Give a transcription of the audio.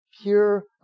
pure